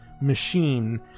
machine